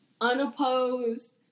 unopposed